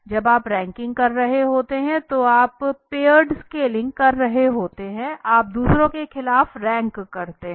जब आप रैंकिंग कर रहे होते हैं तो आप पेय्ड स्केलिंग कर रहे होते हैं आप दूसरों के खिलाफ रैंक करते हैं